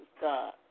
God